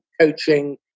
coaching